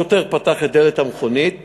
השוטר פתח את דלת המכונית